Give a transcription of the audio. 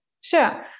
Sure